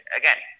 again